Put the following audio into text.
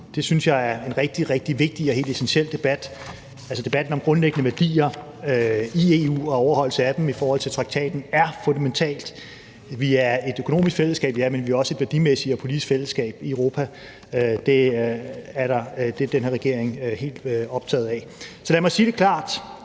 zoner er en rigtig, rigtig vigtig og helt essentiel debat. Debatten om grundlæggende værdier i EU og overholdelse af dem i forhold til traktaten er fundamental. Vi er et økonomisk fællesskab, men vi er også et værdimæssigt og politisk fællesskab i Europa – det er den her regering fuldt og helt optaget af. Så lad mig sige det klart: